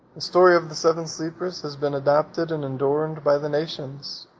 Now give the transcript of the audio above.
story of the seven sleepers has been adopted and adorned by the nations,